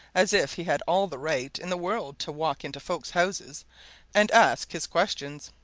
as if he had all the right in the world to walk into folks' houses and ask his questions.